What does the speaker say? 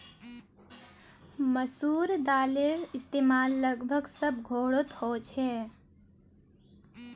मसूर दालेर इस्तेमाल लगभग सब घोरोत होछे